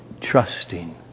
trusting